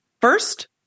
First